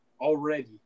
already